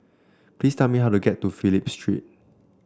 please tell me how to get to Phillip Street